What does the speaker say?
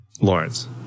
Lawrence